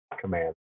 command